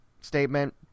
statement